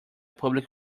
public